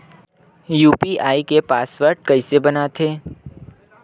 UPI के password कइसे बनाथे?